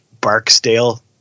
Barksdale